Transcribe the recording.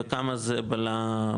וכמה זה למבוגרים?